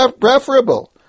preferable